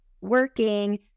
working